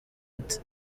ati